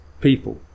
people